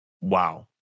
Wow